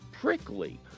prickly